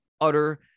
utter